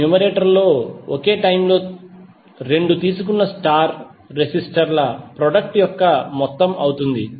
numerator లో ఒకే time లో 2 తీసుకున్న స్టార్ రెసిస్టర్ ల ప్రొడక్ట్ యొక్క మొత్తం అవుతుంది